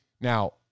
Now